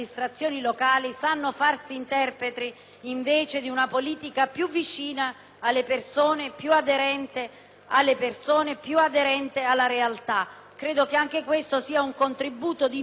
alle persone e più aderente alla realtà. Credo che anche questo sia un contributo di innovazione e qualità alla politica stessa. C'è poi una questione profondamente democratica,